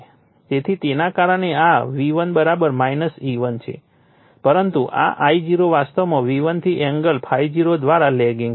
તેથી તેના કારણે આ V1 E1 છે પરંતુ આ I0 વાસ્તવમાં V1 થી એંગલ ∅0 દ્વારા લેગિંગ છે